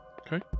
Okay